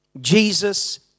Jesus